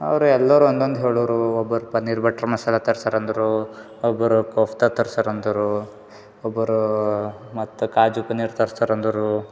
ಅವ್ರು ಎಲ್ಲರೂ ಒನ್ನೊಂದು ಹೇಳೋರು ಒಬ್ರು ಪನ್ನೀರ್ ಬಟ್ರ್ ಮಸಾಲ ತರ್ಸರಂದರು ಒಬ್ಬರು ಕೊಫ್ತ ತರ್ಸರಂದರು ಒಬ್ಬರು ಮತ್ತು ಕಾಜು ಪನ್ನೀರ್ ತರ್ಸರಂದರು